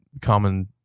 common